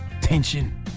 Tension